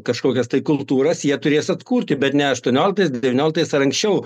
kažkokias tai kultūras jie turės atkurti bet ne aštuonioliktais devynioliktais ar anksčiau